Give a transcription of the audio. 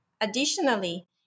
Additionally